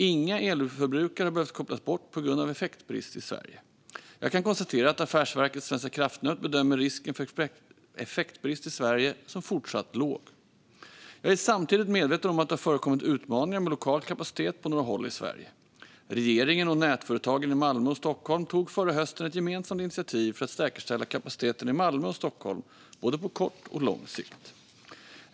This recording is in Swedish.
Inga elförbrukare har behövt kopplas bort på grund av effektbrist i Sverige. Jag kan konstatera att Affärsverket svenska kraftnät bedömer risken för effektbrist i Sverige som fortsatt låg. Jag är samtidigt medveten om att det har förekommit utmaningar med lokal kapacitet på några håll i Sverige. Regeringen och nätföretagen i Malmö och Stockholm tog förra hösten ett gemensamt initiativ för att säkerställa kapaciteten i Malmö och Stockholm, både på kort och på lång sikt.